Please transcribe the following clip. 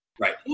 Right